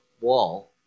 wall